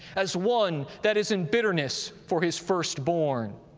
as one that is in bitterness for his firstborn.